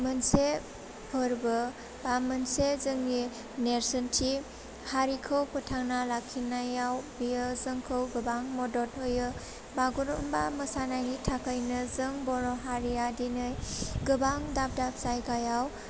मोनसे फोरबो बा मोनसे जोंनि नेर्सोनथि हारिखौ फोथांना लाखिनायाव बेयो जोंखौ गोबां मदद हायो बागुरुम्बा मोसानायनि थाखायनो जों बर' हारिया दिनै गोबां दाब दाब जायगायाव